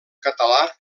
català